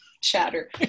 chatter